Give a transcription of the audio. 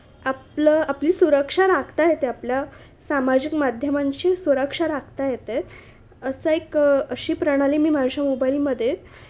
आपलं आपली सुरक्षा राखता येते आपल्या सामाजिक माध्यमांची सुरक्षा राखता येते असं एक अशी प्रणाली मी माझ्या मोबाईलमध्ये